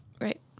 Right